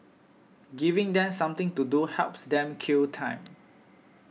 giving them something to do helps them kill time